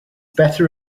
better